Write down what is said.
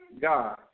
God